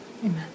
Amen